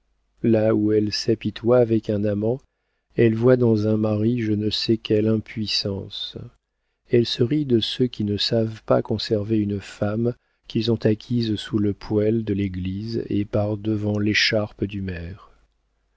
là où elle s'apitoie avec un amant elle voit dans un mari je ne sais quelle impuissance elle se rit de ceux qui ne savent pas conserver une femme qu'ils ont acquise sous le poêle de l'église et par-devant l'écharpe du maire